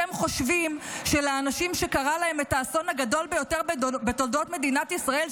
אתם חושבים שלאנשים שקרה להם את האסון הגדול ביותר בתולדות מדינת ישראל,